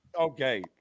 Okay